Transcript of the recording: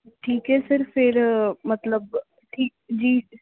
ਠੀਕ ਹੈ ਸਰ ਫਿਰ ਮਤਲਬ ਠੀਕ ਜੀ